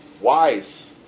wise